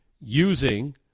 using